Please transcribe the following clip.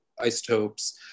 isotopes